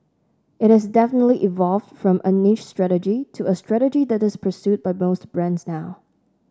it has definitely evolved from a niche strategy to a strategy that is pursued by most brands now